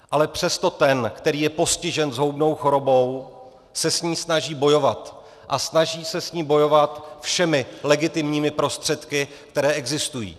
Ale přesto ten, který je postižen zhoubnou chorobou, se s ní snaží bojovat a snaží se s ní bojovat všemi legitimními prostředky, které existují.